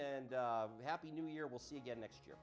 and happy new year we'll see again next year